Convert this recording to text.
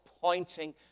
pointing